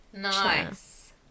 Nice